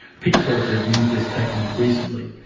pete's also used this technique recently.